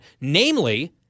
namely